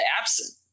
absent